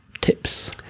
tips